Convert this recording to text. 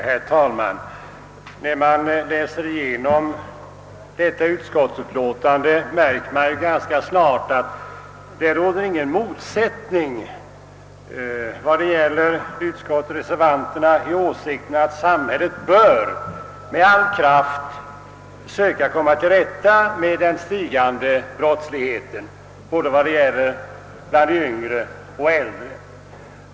Herr talman! När man läser igenom detta utskottsutlåtande märker man ganska snart att det inte råder någon motsättning mellan majoriteten och reservanterna i åsikten att samhället med all kraft bör söka komma till rätta med den stigande brottsligheten bland både yngre och äldre.